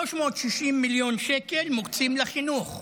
360 מיליון שקל מוקצים לחינוך,